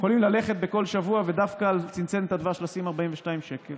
יכולים ללכת ולשים כל שבוע